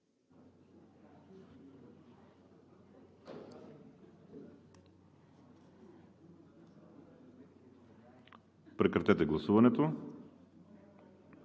Прекратете гласуването,